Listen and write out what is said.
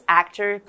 actor